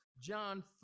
John